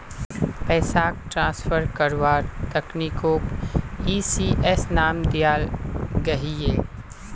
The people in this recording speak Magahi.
पैसाक ट्रान्सफर कारवार तकनीकोक ई.सी.एस नाम दियाल गहिये